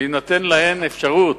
שתינתן להן אפשרות,